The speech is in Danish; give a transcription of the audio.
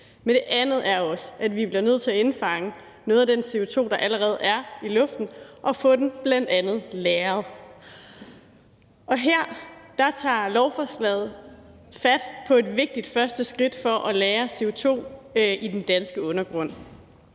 og den anden er, at vi bliver nødt til at indfange noget af den CO2, der allerede er i luften og få den bl.a. lagret. Lovforslaget her tager fat på et vigtigt første skridt for at lagre CO2 i den danske undergrund.